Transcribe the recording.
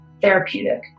therapeutic